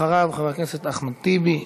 ואחריו, חבר הכנסת אחמד טיבי.